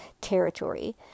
territory